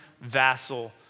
vassal